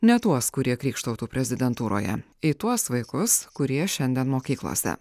ne tuos kurie krykštautų prezidentūroje į tuos vaikus kurie šiandien mokyklose